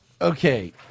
Okay